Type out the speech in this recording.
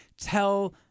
Tell